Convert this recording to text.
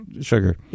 sugar